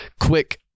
quick